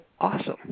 Awesome